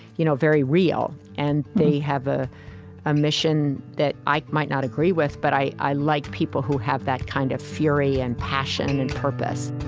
you know very real. and they have a ah mission that i might not agree with, but i i like people who have that kind of fury and passion and purpose